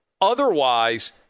Otherwise